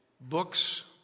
books